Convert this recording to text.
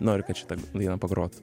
noriu kad šitą dainą pagrotų